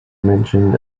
mentioned